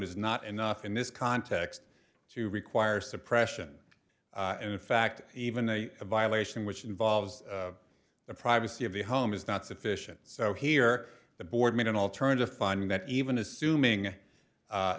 is not enough in this context to require suppression and in fact even a violation which involves the privacy of the home is not sufficient so here the board made an alternative finding that even assuming